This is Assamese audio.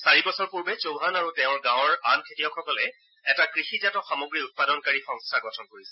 চাৰিবছৰ পূৰ্বে চৌহান আৰু তেওঁৰ গাঁৱৰ আন খেতিয়কসকলে এটা কৃষিজাত সামগ্ৰী উৎপাদনকাৰী সংস্থা গঠন কৰিছিল